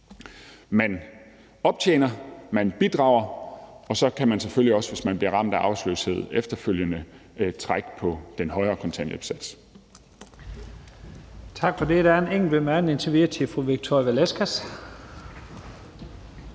man optjener, at man bidrager, og så kan man selvfølgelig også, hvis man bliver ramt af arbejdsløshed, efterfølgende trække på den højere kontanthjælpssats.